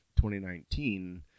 2019